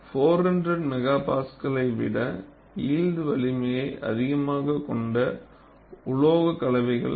400 MPa ஐ விட யில்ட்வலிமையைக் அதிகமாக கொண்ட உலோகக்கலவைகள்